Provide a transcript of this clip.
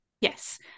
yes